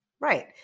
Right